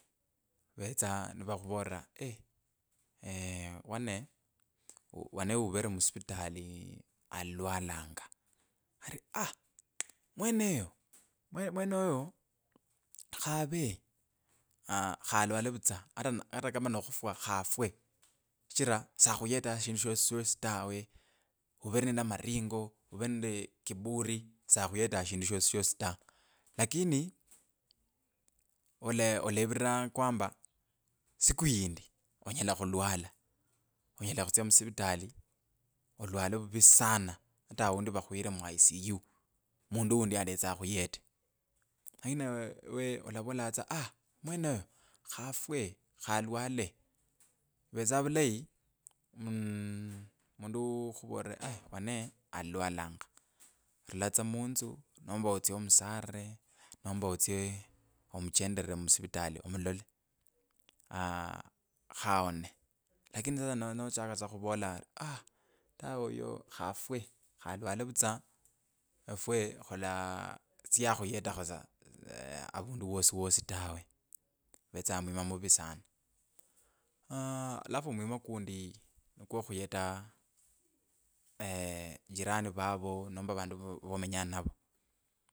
Avetsa nivakhuvolera ee wane wane uvere musivitali alalwalanga ari aa mweneyo mweno mwenoyo khava aa khalwale vutswa ata kama no no khufwa shichira sakhuyeta shindu shosishosi tawe uvere nende maringo uvere nende kiburi sakhuyeta shindu shosishosi ta lakini ole olevavirira ya kwamba siku yindi onyela khulwala onyela khutsya musivitali olwale vivi sana ata aundi vakhuire muicu, mundu undi aletsa akhuyete lakini ewe ewe olavola tsa mwenoyo khefwe khalwale ivetsa vulayi mmm mundu ukhuvolere aa wane alalwalanga rula tsa munzu nomba otsye omusalire nomba otsye omuchendete musivitali omulole aaa khaone lakini sasa no no nochaka tsa khivola aa tawe oyo khafwe khalwele vutsa afwe khula siyakhuyetako tsa aa avundu wosi wosi tawe khuvetsanga kundi ni kwo khuyeta jirani vavo nomba vandu vo vo vomenya ninavo.